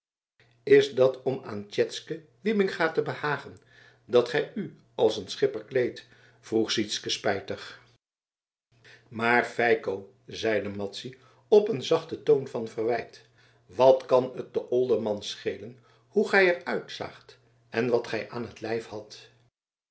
is dat om aan tjetske wybinga te behagen dat gij u als een schipper kleedt vroeg sytsken spijtig maar feiko zeide madzy op een zachten toon van verwijt wat kan het den olderman schelen hoe gij er uitzaagt en wat gij aan t lijf hadt